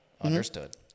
understood